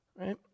Right